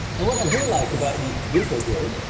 and what i do like about the uco grill.